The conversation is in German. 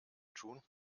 tun